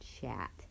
chat